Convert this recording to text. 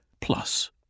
plus